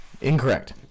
Incorrect